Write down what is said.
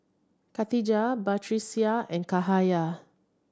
Khatijah Batrisya and Cahaya